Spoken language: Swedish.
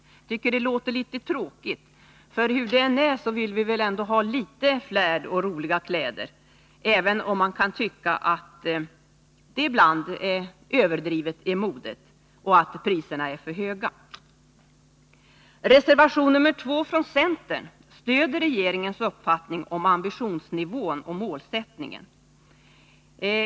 Jag tycker det låter litet tråkigt. Hur det än är, litet flärd och roliga kläder vill vi väl ändå ha — även om man kan tycka att modet ibland är överdrivet och priserna för höga. Reservation nr 2 från centern stöder regeringens uppfattning om ambitionsnivån och målsättningen.